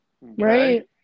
Right